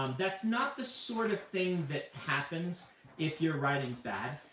um that's not the sort of thing that happens if your writing's bad.